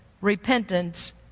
repentance